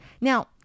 Now